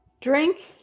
drink